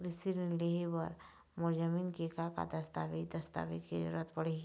कृषि ऋण लेहे बर मोर जमीन के का दस्तावेज दस्तावेज के जरूरत पड़ही?